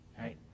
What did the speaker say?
Right